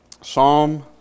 Psalm